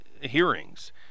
hearings